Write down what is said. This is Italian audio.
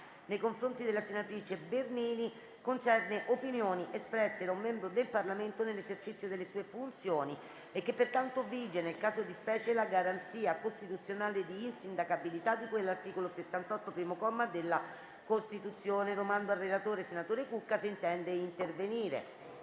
nei confronti della senatrice Anna Maria Bernini, concerne opinioni espresse da un membro del Parlamento nell'esercizio delle sue funzioni e che, pertanto, vige nel caso di specie la garanzia costituzionale di insindacabilità di cui all'articolo 68, primo comma, della Costituzione. Chiedo al relatore, senatore Cucca, se intende intervenire.